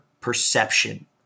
perception